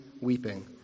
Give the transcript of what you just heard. weeping